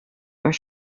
are